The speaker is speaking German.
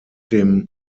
dem